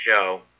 show